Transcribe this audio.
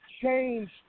change